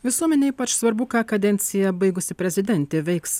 visuomenei ypač svarbu ką kadenciją baigusi prezidentė veiks